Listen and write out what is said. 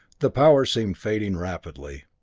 the power seemed fading rapidly.